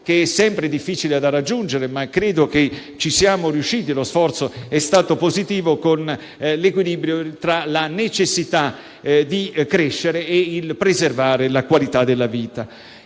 che è sempre difficile da raggiungere - ma credo che ci siamo riusciti e lo sforzo è stato positivo - tra la necessità di crescere e quella di preservare la qualità della vita.